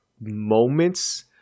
moments